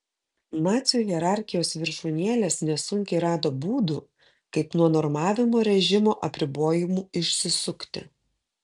nacių hierarchijos viršūnėlės nesunkiai rado būdų kaip nuo normavimo režimo apribojimų išsisukti